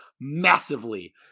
massively